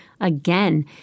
again—